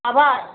આભાર